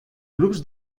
grups